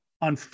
On